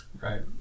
Right